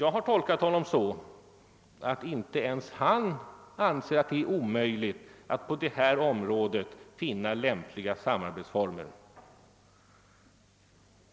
Jag har tolkat honom så att inte ens han anser att det är omöjligt att på detta område finna lämpliga samarbetsformer.